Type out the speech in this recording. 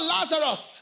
Lazarus